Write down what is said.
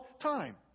time